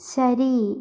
ശരി